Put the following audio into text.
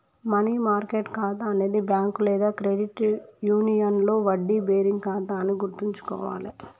money market ఖాతా అనేది bank లేదా క్రెడిట్ యూనియన్లో వడ్డీ బేరింగ్ ఖాతా అని గుర్తుంచుకోవాలే